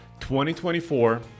2024